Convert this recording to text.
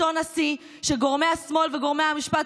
אותו נשיא שגורמי השמאל וגורמי המשפט